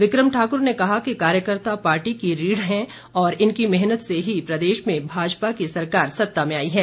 विकम ठाकुर ने कहा कि कार्यकर्ता पार्टी की रीढ़ हैं और इनकी मेहनत से ही प्रदेश में भाजपा की सरकार सत्ता में आई हैं